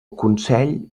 consell